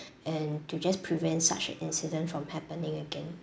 and to just prevent such an incident from happening again